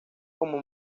como